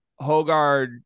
Hogard